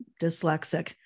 dyslexic